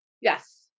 Yes